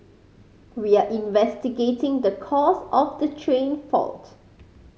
we are investigating the cause of the train fault